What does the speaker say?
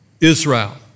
Israel